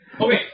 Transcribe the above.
Okay